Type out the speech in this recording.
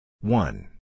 One